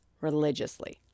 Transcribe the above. religiously